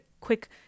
quick